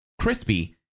crispy